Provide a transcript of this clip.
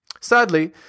Sadly